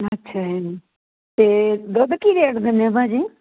ਅੱਛਿਆ ਜੀ ਤੇ ਦੁੱਧ ਕੀ ਰੇਟ ਦਿੰਦੇ ਓ ਭਾਅ ਜੀ